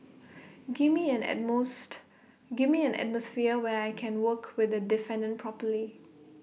give me an and most give me an atmosphere where I can work with the defendant properly